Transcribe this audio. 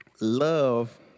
Love